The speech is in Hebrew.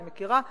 אני מכירה,